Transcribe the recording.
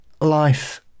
life